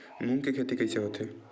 मूंग के खेती कइसे होथे?